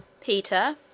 Peter